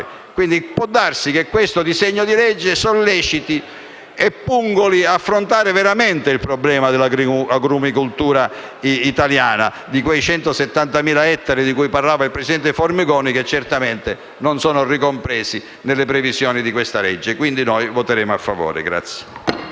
Può darsi che questo disegno di legge solleciti e pungoli ad affrontare veramente il problema della agrumicoltura italiana, di quei 170.000 ettari di cui parlava il presidente Formigoni, che certamente non sono ricompresi nelle previsioni di questa legge. Quindi noi voteremo a favore.